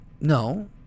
No